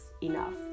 enough